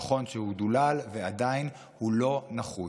נכון שהוא דולל, ועדיין הוא לא נחוץ.